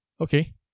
Okay